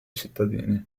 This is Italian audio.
cittadini